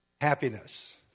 happiness